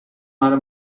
منو